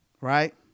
Right